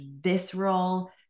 visceral